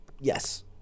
Yes